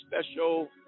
special